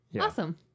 awesome